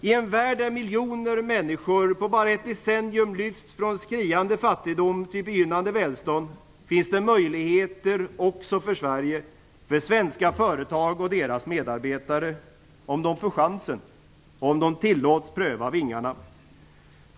I en värld där miljontals människor på bara ett decennium lyfts från skriande fattigdom till begynnande välstånd finns det möjligheter också för Sverige, för svenska företag och deras medarbetare. Om de får chansen. Om de tillåts pröva vingarna.